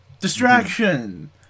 distraction